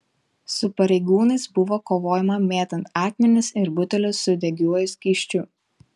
su pareigūnais buvo kovojama mėtant akmenis ir butelius su degiuoju skysčiu